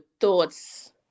thoughts